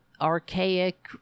archaic